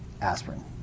Aspirin